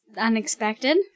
unexpected